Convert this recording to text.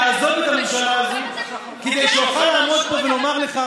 ואני החלטתי לעזוב את הממשלה הזאת כדי שאני אוכל לעמוד פה ולומר לך